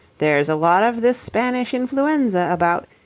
there's a lot of this spanish influenza about.